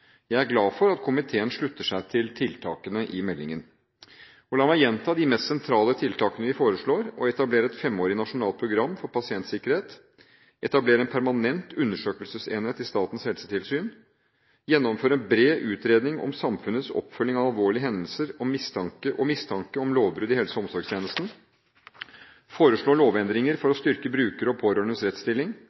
Jeg er glad for at komiteen slutter seg til tiltakene i meldingen. La meg gjenta de mest sentrale tiltakene vi foreslår: etablere et femårig nasjonalt program for pasientsikkerhet etablere en permanent undersøkelsesenhet i Statens helsetilsyn gjennomføre en bred utredning om samfunnets oppfølging av alvorlige hendelser og mistanke om lovbrudd i helse- og omsorgstjenesten foreslå lovendringer for å styrke brukere og pårørendes rettsstilling